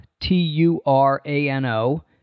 T-U-R-A-N-O